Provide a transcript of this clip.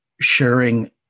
sharing